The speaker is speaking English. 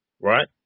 right